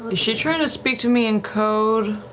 ah she trying to speak to me in code?